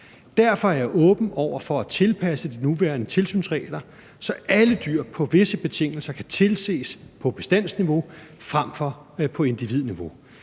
Derfor er jeg åben over for at tilpasse de nuværende tilsynsregler, så alle dyr på visse betingelser kan tilses på bestandsniveau fremfor på individniveau.